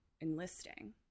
enlisting